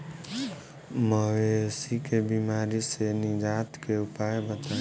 मवेशी के बिमारी से निजात के उपाय बताई?